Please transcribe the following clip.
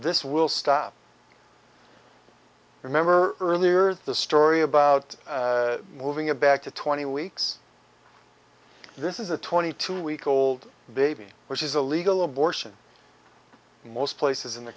this will stop remember earlier the story about moving it back to twenty weeks this is a twenty two week old baby which is a legal abortion in most places in the